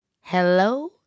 Hello